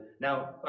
Now